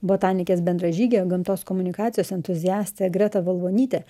botanikės bendražygė gamtos komunikacijos entuziastė greta valvonytė